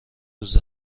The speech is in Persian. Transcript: روز